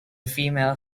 female